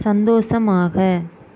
சந்தோஷமாக